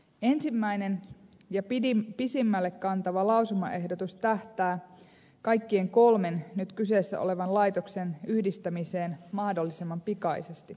ensimmäinen ja pisimmälle kantava lausumaehdotus tähtää kaikkien kolmen nyt kyseessä olevan laitoksen yhdistämiseen mahdollisimman pikaisesti